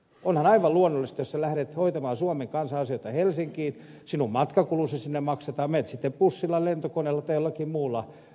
onhan aivan luonnollista jos sinä lähdet hoitamaan suomen kansan asioita helsinkiin sinun matkakulusi sinne maksetaan menet sitten bussilla lentokoneella tai jollakin muulla tarkoituksenmukaisella tavalla